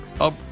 up